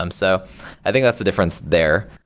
um so i think that's the difference there.